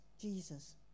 Jesus